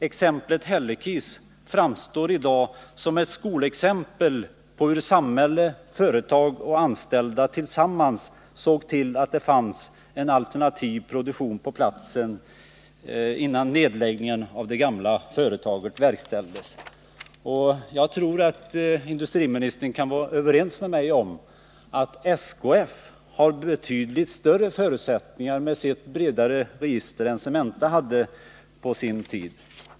Exemplet Hällekis framstår i dag som ett skolexempel på hur samhälle, företag och anställda tillsammans såg till att det fanns en alternativ produktion på platsen innan nedläggningen av det gamla företaget verkställdes. Jag tror att industriministern kan vara överens med mig om att SKF har betydligt större förutsättningar med sitt bredare register än Cementa hade på sin tid.